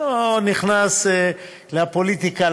אני לא נכנס לפוליטיקה,